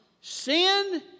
Sin